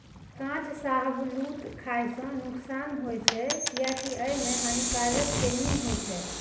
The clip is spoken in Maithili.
कांच शाहबलूत खाय सं नुकसान होइ छै, कियैकि अय मे हानिकारक टैनिन होइ छै